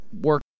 work